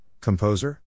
composer